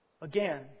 again